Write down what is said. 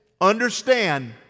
understand